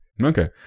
Okay